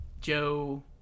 joe